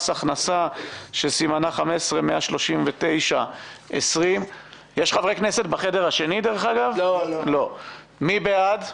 מס הכנסה שסימנה 15-139-20. מי בעד?